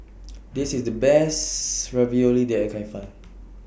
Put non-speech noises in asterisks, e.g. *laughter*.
*noise* This IS The Best Ravioli that I Can Find